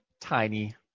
tiny